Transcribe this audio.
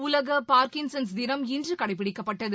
உலக பார்க்கின்சன்ஸ் தினம் இன்று கடைபிடிக்கப்பட்டது